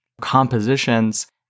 compositions